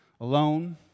alone